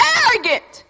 arrogant